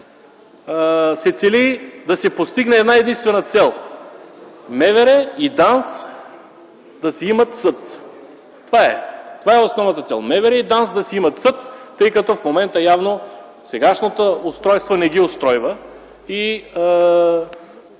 се цели да се постигне една-единствена цел – МВР и ДАНС да си имат съд. Това е! Това е основната цел – МВР и ДАНС да си имат съд, тъй като в момента явно сегашното устройство не ги устройва и